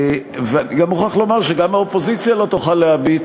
ואני גם מוכרח לומר שגם האופוזיציה לא תוכל להביט